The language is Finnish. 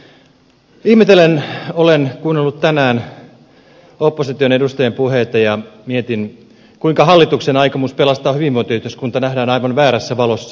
ihmetellen olen kuunnellut tänään opposition edustajien puheita ja mietin kuinka hallituksen aikomus pelastaa hyvinvointiyhteiskunta nähdään aivan väärässä valossa